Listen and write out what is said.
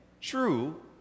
true